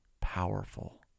powerful